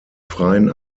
freien